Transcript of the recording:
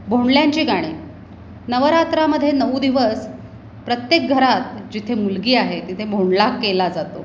भोंडल्यांची गाणी नवरात्रीमध्ये नऊ दिवस प्रत्येक घरात जिथे मुलगी आहे तिथे भोंडला केला जातो